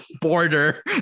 border